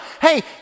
hey